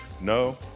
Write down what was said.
no